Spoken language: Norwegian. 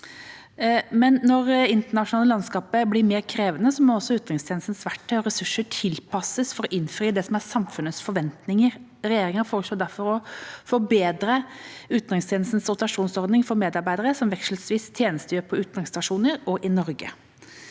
det internasjonale landskapet blir mer krevende, må også utenrikstjenestens verktøy og ressurser tilpasses for å innfri det som er samfunnets forventninger. Regjeringa foreslår derfor å forbedre utenrikstjenestens rotasjonsordning for medarbeidere, som vekselsvis tjenestegjør på utenriksstasjoner og i Norge.